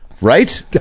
right